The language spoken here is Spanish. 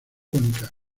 única